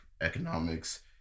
economics